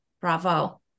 bravo